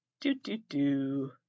Do-do-do